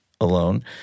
alone